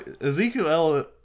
Ezekiel